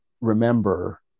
remember